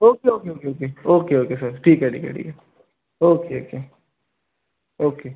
okay okay okay okay okay okay sir ठीक आहे ठीक आहे ठीक आहे ओक्के ओके ओके